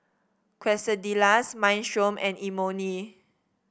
Quesadillas Minestrone and Imoni